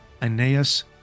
Aeneas